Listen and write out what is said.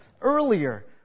Earlier